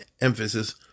emphasis